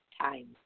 time